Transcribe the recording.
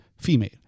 female